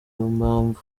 impamvu